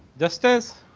just as